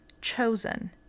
chosen